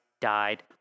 died